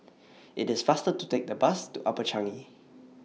IT IS faster to Take The Bus to Upper Changi